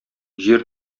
җир